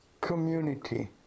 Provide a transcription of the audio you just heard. community